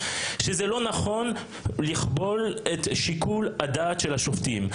שזה לא נכון לכבול את שיקול הדעת של השופטים.